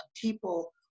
people